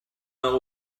heure